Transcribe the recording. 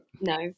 No